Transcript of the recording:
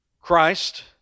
Christ